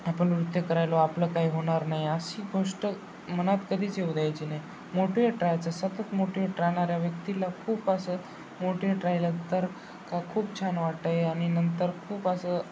आपण नृत्य करायलो आपलं काही होणार नाही अशी गोष्ट मनात कधीच येऊ द्यायची नाही मोटीवेट राहायचं सतत मोटिवेट राहणाऱ्या व्यक्तीला खूप असं मोटिवेट राहिलं तर का खूप छान वाटत आहे आणि नंतर खूप असं